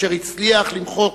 אשר הצליח למחוק,